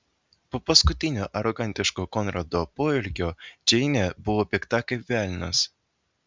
po paskutinio arogantiško konrado poelgio džeinė buvo pikta kaip velnias